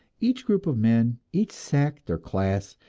each group of men, each sect or class,